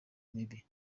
mibi